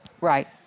Right